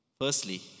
Firstly